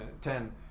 Ten